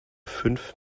fünf